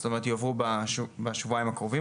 זאת אומרת יועברו בשבועיים הקרובים,